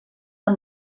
amb